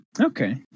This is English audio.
Okay